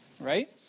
right